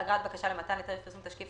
(אגרת בקשה למתן היתר לפרסום תשקיף),